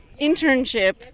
internship